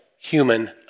human